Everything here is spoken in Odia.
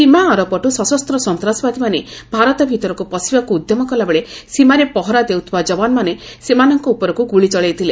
ସୀମା ଆରପଟୁ ସଶସ୍ତ ସନ୍ତାସବାଦୀମାନେ ଭାରତ ଭିତରକୁ ପସିବାକୁ ଉଦ୍ୟମ କଲାବେଳେ ସୀମାରେ ପହରା ଦେଉଥିବା ଯବାନମାନେ ସେମାନଙ୍କ ଉପରକୁ ଗୁଳି ଚଳେଇଥିଲେ